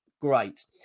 Great